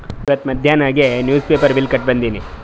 ಇವತ್ ಮಧ್ಯಾನ್ ಹೋಗಿ ನಿವ್ಸ್ ಪೇಪರ್ ಬಿಲ್ ಕಟ್ಟಿ ಬಂದಿನಿ